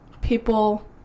people